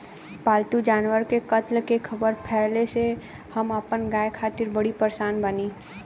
पाल्तु जानवर के कत्ल के ख़बर फैले से हम अपना गाय खातिर बड़ी परेशान बानी